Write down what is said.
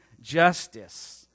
justice